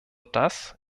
dass